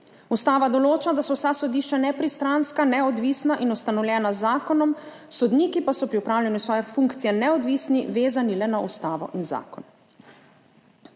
Ustava določa, da so vsa sodišča nepristranska, neodvisna in ustanovljena z zakonom, sodniki pa so pri opravljanju svoje funkcije neodvisni, vezani le na ustavo in zakon.